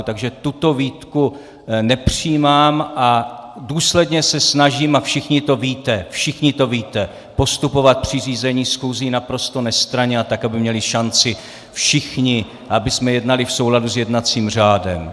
Takže tuto výtku nepřijímám a důsledně se snažím, a všichni to víte, všichni to víte, postupovat při řízení schůzí naprosto nestranně a tak, aby měli šanci všichni a abychom jednali v souladu s jednacím řádem.